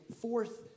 fourth